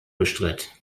bestritt